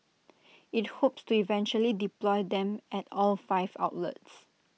IT hopes to eventually deploy them at all five outlets